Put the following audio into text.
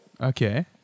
Okay